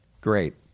great